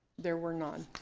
there were none.